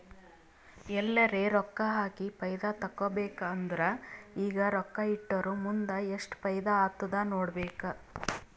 ಎಲ್ಲರೆ ರೊಕ್ಕಾ ಹಾಕಿ ಫೈದಾ ತೆಕ್ಕೋಬೇಕ್ ಅಂದುರ್ ಈಗ ರೊಕ್ಕಾ ಇಟ್ಟುರ್ ಮುಂದ್ ಎಸ್ಟ್ ಫೈದಾ ಆತ್ತುದ್ ನೋಡ್ಬೇಕ್